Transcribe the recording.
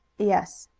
yes.